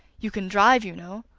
you can drive, you know,